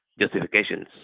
justifications